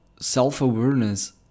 self-awareness